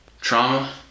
trauma